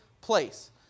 place